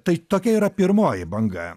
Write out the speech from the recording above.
tai tokia yra pirmoji banga